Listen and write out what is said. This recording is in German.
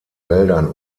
wäldern